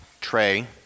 tray